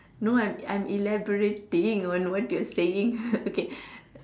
no I'm I'm elaborating on what you're saying okay